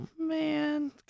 man